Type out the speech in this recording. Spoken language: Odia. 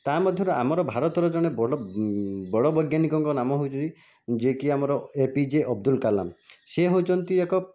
ତା' ମଧ୍ୟରୁ ଆମର ଭାତରତର ଜଣେ ବଡ଼ ବଡ଼ ବୈଜ୍ଞାନିଙ୍କ ନାମ ହେଉଛି ଯିଏ କି ଆମର ଏପିଜେ ଅବଦୁଲ କାଲାମ ସେ ହେଉଛନ୍ତି ଏକ